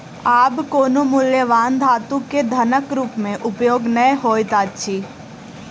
आब कोनो मूल्यवान धातु के धनक रूप में उपयोग नै होइत अछि